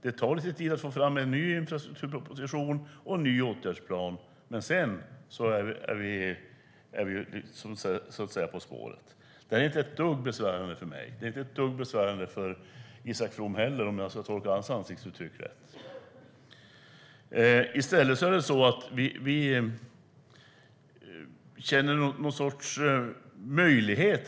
Det tar lite tid att få fram en ny infrastrukturproposition och en ny åtgärdsplan, men sedan är vi på spåret. Det är inte ett dugg besvärande för mig eller för Isak From - om jag tolkar hans ansiktsuttryck rätt. Vi känner i stället att det finns en möjlighet.